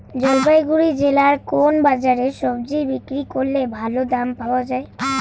জলপাইগুড়ি জেলায় কোন বাজারে সবজি বিক্রি করলে ভালো দাম পাওয়া যায়?